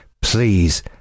Please